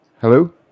Hello